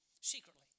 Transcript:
Secretly